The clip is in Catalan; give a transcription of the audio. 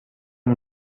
amb